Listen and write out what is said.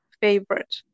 favorite